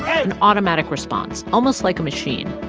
an automatic response, almost like a machine.